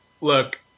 look –